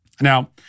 Now